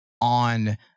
on